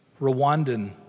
Rwandan